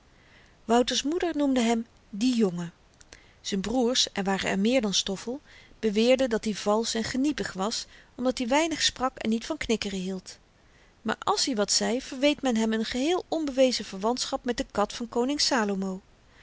wouter's moeder noemde hem die jongen z'n broers er waren er meer dan stoffel beweerden dat-i valsch en gniepig was omdat hy weinig sprak en niet van knikkeren hield maar àls i wat zei verweet men hem n geheel onbewezen verwantschap met de kat van koning salomo